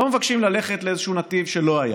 לא מבקשים ללכת לאיזשהו נתיב שלא היה.